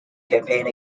campaign